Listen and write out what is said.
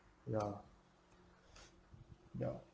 ya ya